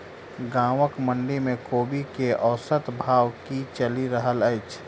गाँवक मंडी मे कोबी केँ औसत भाव की चलि रहल अछि?